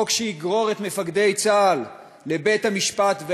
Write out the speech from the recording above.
חוק שיגרור את מפקדי צה"ל לבית-המשפט בהאג.